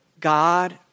God